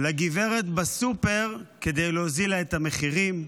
לגברת בסופר כדי להוריד לה את המחירים.